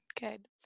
Good